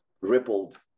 rippled